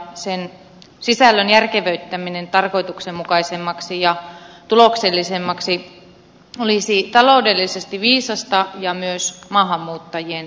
sen sisällön järkevöittäminen tarkoituksenmukaisemmaksi ja tuloksellisemmaksi olisi taloudellisesti viisasta ja myös maahanmuuttajien etu